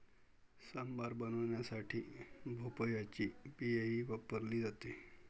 सांबार बनवण्यासाठी भोपळ्याची बियाही वापरली जाते